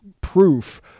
proof